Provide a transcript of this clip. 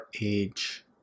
age